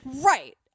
right